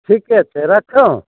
ठीके छै रक्खौं